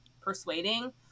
persuading